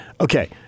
Okay